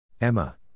Emma